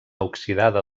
oxidada